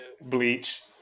Bleach